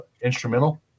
instrumental